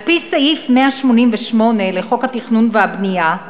על-פי סעיף 188 לחוק התכנון והבנייה,